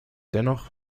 dennoch